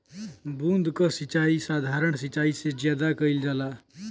बूंद क सिचाई साधारण सिचाई से ज्यादा कईल जाला